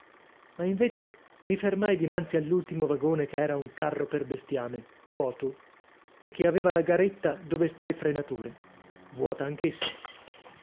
ma invece mi fermai dinanzi all'ultimo vagone che era un carro per bestiame vuoto e che aveva la garetta dove sta il frenatore vuota